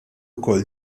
wkoll